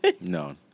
No